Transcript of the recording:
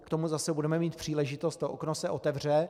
K tomu zase budeme mít příležitost, to okno se otevře.